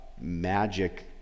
magic